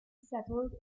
settled